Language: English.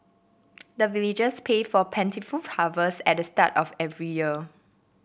the villagers pay for plentiful harvest at the start of every year